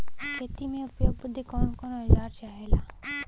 खेती में उपयोग बदे कौन कौन औजार चाहेला?